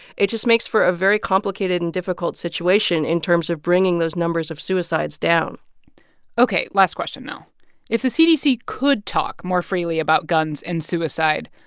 it just makes for a very complicated and difficult situation in terms of bringing those numbers of suicides down ok. last question, nell if the cdc could talk more freely about guns and suicide,